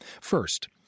First